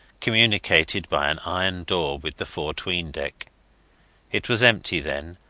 communicated by an iron door with the fore tween-deck. it was empty then,